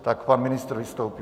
Tak pan ministr vystoupí.